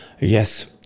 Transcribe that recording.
Yes